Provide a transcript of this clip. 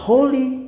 Holy